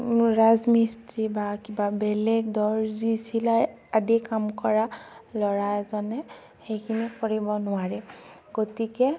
ৰাজমিস্ত্ৰী বা কিবা বেলেগ দৰ্জী চিলাই আদি কাম কৰা ল'ৰা এজনে সেইখিনি কৰিব নোৱাৰে গতিকে